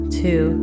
two